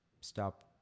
Stop